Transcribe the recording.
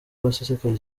basesekaye